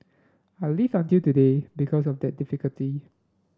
I've lived until today because of that difficulty